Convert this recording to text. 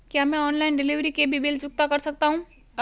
क्या मैं online delivery के भी बिल चुकता कर सकता हूँ?